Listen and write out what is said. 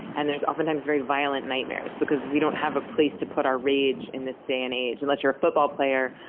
and there's oftentimes very violent nightmares because we don't have a place to put our rage in this day and age. unless you're a football player,